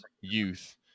youth